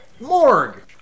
Morg